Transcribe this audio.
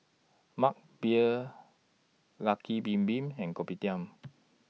Mug Beer Lucky Bin Bin and Kopitiam